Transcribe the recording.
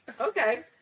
Okay